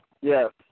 Yes